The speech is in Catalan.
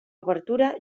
obertura